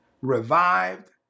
revived